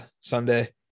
Sunday